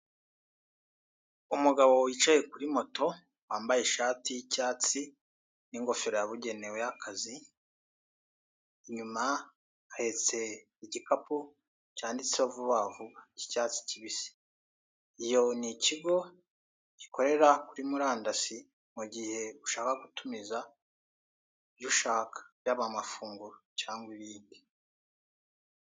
Umugabo wicaye kuri moto wambaye ishati y'icyatsi n'ingofero yabugenewe y'akazi, inyuma ahetse igikapu cyanditseho Vuba Vuba cy'icyatsi kibisi. Iyo ni ikigo gikorera kuri murandasi mu gihe ushaka gutumiza ibyo ushaka, yaba amafunguro cyangwa ibindi.